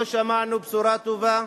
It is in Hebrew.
לא שמעתי בשורה טובה.